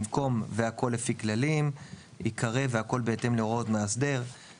במקום "והכול לפי כללים" ייקרא "והכל בהתאם להוראות מאסדר"".